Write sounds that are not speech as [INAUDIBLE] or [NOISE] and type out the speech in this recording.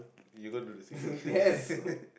you going to do the same thing [LAUGHS]